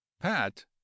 pat